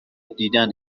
دیدن